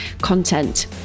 content